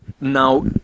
Now